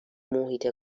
محیط